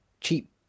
cheap